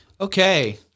Okay